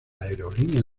aerolínea